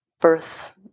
Birth